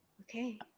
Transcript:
Okay